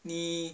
你